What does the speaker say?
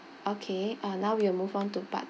okay uh now we will move on to part